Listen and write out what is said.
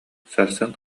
сарсын